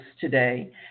today